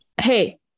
hey